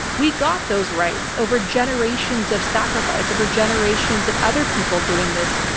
we got those rights over generations of sacrifice over generations of other people doing this,